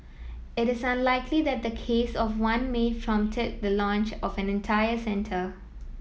it is unlikely that the case of one maid prompted the launch of an entire centre